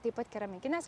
taip pat keramikines